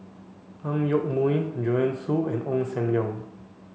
Ang Yoke Mooi Joanne Soo and Ong Sam Leong